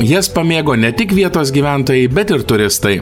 jas pamėgo ne tik vietos gyventojai bet ir turistai